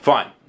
Fine